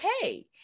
okay